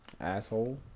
Asshole